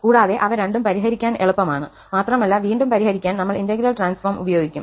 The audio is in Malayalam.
കൂടാതെ അവ രണ്ടും പരിഹരിക്കാൻ എളുപ്പമാണ് മാത്രമല്ല വീണ്ടും പരിഹരിക്കാൻ നമ്മൾ ഇന്റഗ്രൽ ട്രാൻസ്ഫോം ഉപയോഗിക്കും